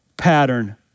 pattern